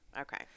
Okay